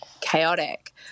chaotic